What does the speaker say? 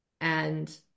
And-